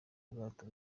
bwato